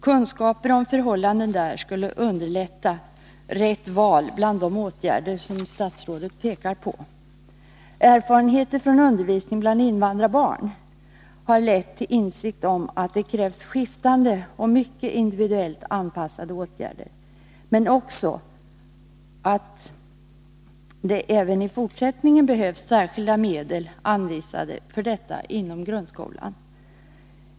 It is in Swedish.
Kunskaper om förhållandena där skulle underlätta rätt val bland de åtgärder som statsrådet pekar på. Erfarenheter från undervisningen bland invandrarbarn har lett till insikt om att det krävs skiftande och mycket individuellt anpassade åtgärder, men också att det även i fortsättningen behövs särskilda medel anvisade för detta inom grundskolan.